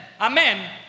Amen